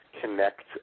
connect